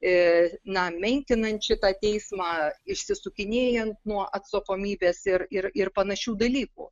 e na menkinančių tą teismą išsisukinėjant nuo atsakomybės ir ir ir panašių dalykų